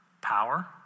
power